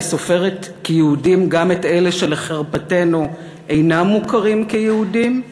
אני סופרת כיהודים גם את אלה שלחרפתנו אינם מוכרים כיהודים,